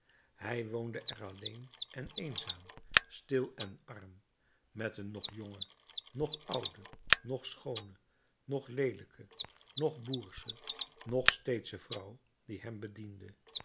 hij woonde er alleen en eenzaam stil en arm met een noch jonge noch oude noch schoone noch leelijke noch boersche noch steedsche vrouw die hem bediende